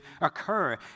occur